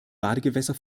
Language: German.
badegewässer